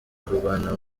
kurwana